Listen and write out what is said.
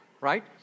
Right